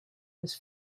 was